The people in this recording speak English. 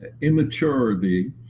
immaturity